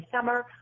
summer